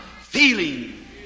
feeling